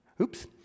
oops